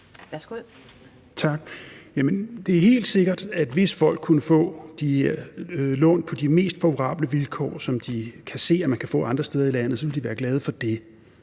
Tak. Jamen det er helt sikkert, at hvis folk kunne få de lån på de mest favorable vilkår, som de kan se man kan få andre steder i landet, så ville de være glade for det.